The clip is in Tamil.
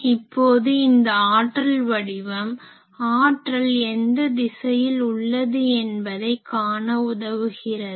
இப்போது இந்த ஆற்றல் வடிவம் ஆற்றல் எந்த திசையில் உள்ளது என்பதை காண உதவுகிறது